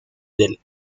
del